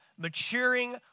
maturing